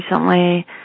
recently